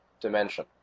dimension